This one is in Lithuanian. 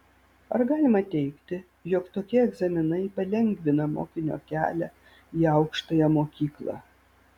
ar galima teigti jog tokie egzaminai palengvina mokinio kelią į aukštąją mokyklą